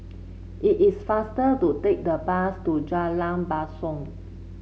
it is faster to take the bus to Jalan Basong